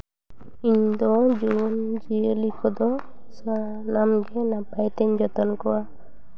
ᱤᱧ ᱫᱚ ᱡᱤᱵᱽᱼᱡᱤᱭᱟᱹᱞᱤ ᱠᱚᱫᱚ ᱥᱟᱱᱟᱢᱜᱮ ᱱᱟᱯᱟᱭ ᱛᱤᱧ ᱡᱚᱛᱚᱱ ᱠᱚᱣᱟ